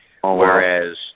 Whereas